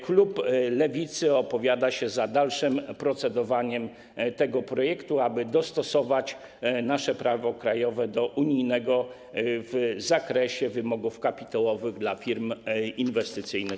Klub Lewicy opowiada się za dalszym procedowaniem tego projektu, aby dostosować nasze prawo krajowe do unijnego w zakresie wymogów kapitałowych dla polskich firm inwestycyjnych.